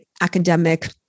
academic